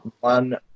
one